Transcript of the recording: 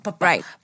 right